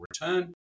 return